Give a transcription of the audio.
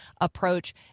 approach